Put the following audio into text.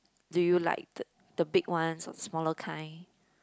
do you like the the big ones or smaller kind